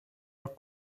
are